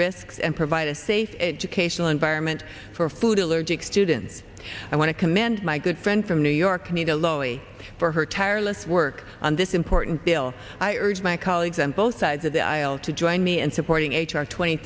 risks and provide a safe occasional environment for food allergic students i want to commend my good friend from new york nita lowey for her tireless work on this important bill i urge my colleagues on both sides of the aisle to join me in supporting h r twenty